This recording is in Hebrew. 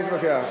למה להתווכח?